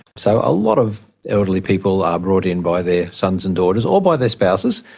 so a lot of elderly people are brought in by their sons and daughters or by their spouses,